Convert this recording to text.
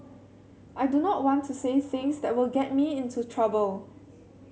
I do not want to say things that will get me into trouble